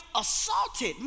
assaulted